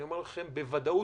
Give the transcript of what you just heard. אני אומר לכם בוודאות,